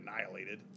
annihilated